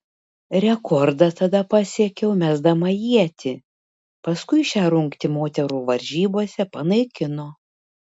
rekordą tada pasiekiau mesdama ietį paskui šią rungtį moterų varžybose panaikino